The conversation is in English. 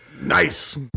Nice